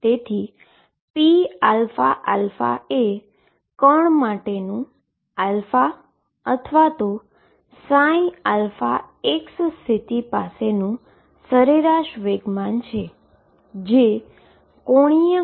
તેથી pαα એ પાર્ટીકલ માટેનુ અથવા સ્થિતિ પાસેનું સરેરાશ મોમેન્ટમ છે